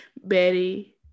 Betty